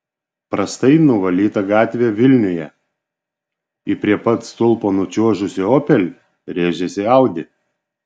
prastai nuvalyta gatvė vilniuje į prie pat stulpo nučiuožusį opel rėžėsi audi